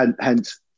hence